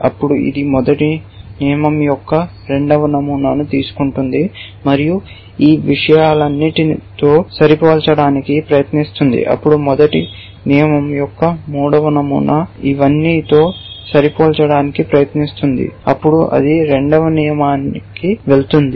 అప్పుడు ఇది మొదటి నియమం యొక్క రెండవ నమూనాను తీసుకుంటుంది మరియు ఈ విషయాలన్నిటితో సరిపోల్చడానికి ప్రయత్నిస్తుంది అప్పుడు మొదటి నియమం యొక్క మూడవ నమూనా ఇవన్నీ తో సరిపోల్చడానికి ప్రయత్నించండి అప్పుడు అది రెండవ నియమానికి వెళుతుంది